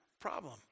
problem